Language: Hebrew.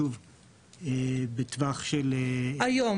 היום,